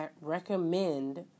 recommend